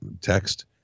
text